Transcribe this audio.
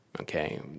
okay